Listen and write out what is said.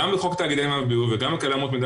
גם בחוק תאגידי מים וביוב וגם בכללי אמות מידה